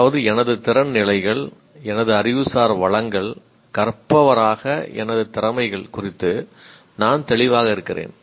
அதாவது எனது திறன் நிலைகள் எனது அறிவுசார் வளங்கள் கற்பவராக எனது திறமைகள் குறித்து நான் தெளிவாக இருக்கிறேன்